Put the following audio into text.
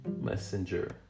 messenger